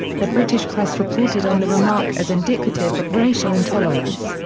the british press reported on the remark as indicative of racial intolerance,